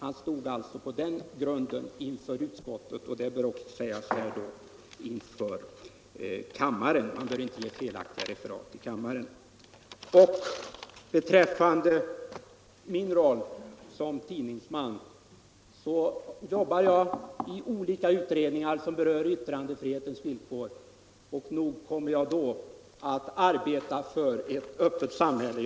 Det var denna åsikt han framförde i utskottet, och det bör då också sägas här inför kammaren. Man bör inte ge felaktiga referat i kammaren. Själv arbetar jag i olika utredningar som berör yttrandefrihetens villkor och nog kommer jag att där verka för ett öppet samhälle.